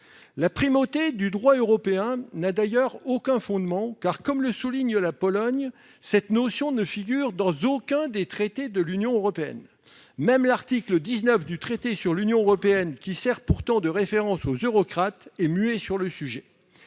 La primauté du droit européen n'a d'ailleurs aucun fondement. En effet, comme la Pologne le souligne, cette notion ne figure dans aucun des traités de l'Union européenne. Même l'article 19 du traité sur l'Union européenne, qui sert pourtant de référence aux eurocrates, est muet sur le sujet.